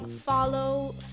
follow